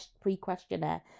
pre-questionnaire